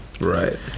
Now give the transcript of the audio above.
Right